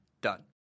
done